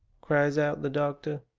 cries out the doctor.